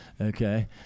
okay